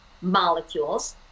molecules